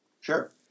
Sure